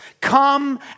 come